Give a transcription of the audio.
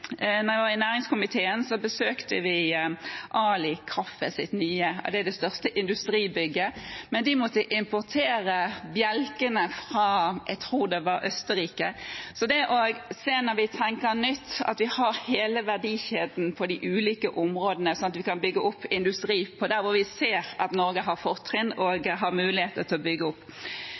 jeg var i næringskomiteen, besøkte vi ALI Kaffes nye bygg. Det er det største industribygget, men de måtte importere bjelkene, jeg tror det var fra Østerrike. Så når vi tenker nytt, må vi se til at vi har hele verdikjeden på de ulike områdene, sånn at vi kan bygge opp industri der vi ser at Norge har fortrinn og muligheter til å bygge opp.